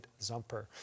Zumper